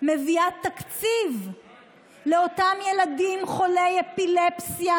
מביאה תקציב לאותם ילדים חולי אפילפסיה